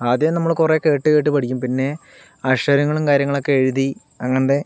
ആദ്യം നമ്മൾ കുറേ കേട്ടു കേട്ട് പഠിയ്ക്കും പിന്നെ അക്ഷരങ്ങളും കാര്യങ്ങളൊക്കെ എഴുതി അങ്ങനത്തെ